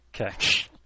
Okay